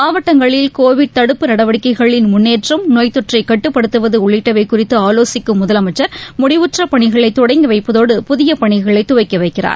மாவட்டங்களில் கோவிட் தடுப்பு நடவடிக்கைகளின் முன்னேற்றம் நோய்த்தொற்றை கட்டுப்படுத்துவது உள்ளிட்டவை குறித்து ஆவோசிக்கும் முதலமைச்சர் முடிவுற்ற பணிகளை தொடங்கி வைப்பதோடு புதிய பணிகளை துவக்கி வைக்கிறார்